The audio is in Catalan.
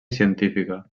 científica